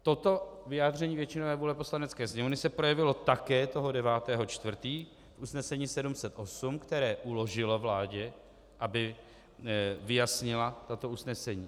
Toto vyjádření většinové vůle Poslanecké sněmovny se projevilo také toho 9. 4. v usnesení 708, které uložilo vládě, aby vyjasnila toto usnesení.